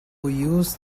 use